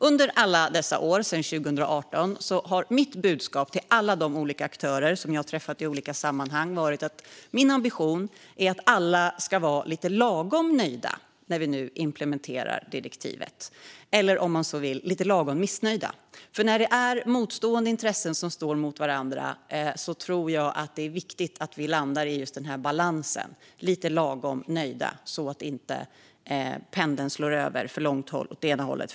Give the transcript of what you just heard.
Under alla dessa år sedan 2018 har mitt budskap till alla de olika aktörer som jag träffat i olika sammanhang varit att min ambition är att alla ska vara lite lagom nöjda när direktivet nu implementeras - eller lite lagom missnöjda, om man så vill. När intressen står mot varandra tror jag att det är viktigt att landa i just den balansen. Alla ska vara lite lagom nöjda, så att pendeln inte slår över för långt åt ena eller andra hållet.